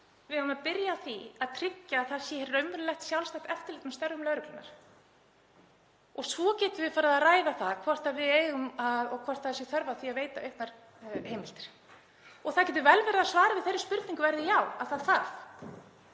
Við eigum að byrja á því að tryggja að það sé raunverulegt sjálfstætt eftirlit með störfum lögreglunnar. Svo getum við farið að ræða það hvort við eigum og hvort þörf sé á því að veita auknar heimildir. Það getur vel verið að svarið við þeirri spurningu verði já, að þess þurfi,